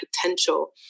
potential